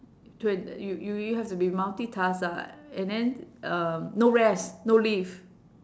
twen~ you you you have to be multitask ah and then um no rest no leave